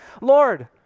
Lord